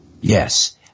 Yes